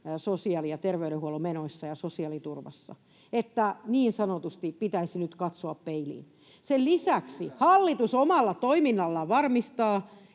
sosiaali- ja terveydenhuollon menoissa ja sosiaaliturvassa. Että niin sanotusti pitäisi nyt katsoa peiliin. Sen lisäksi hallitus omalla toiminnallaan varmistaa,